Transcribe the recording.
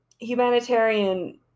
humanitarian